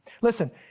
Listen